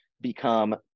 become